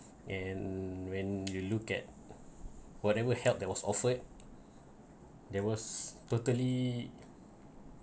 and when you look at whatever held that was offered there was totally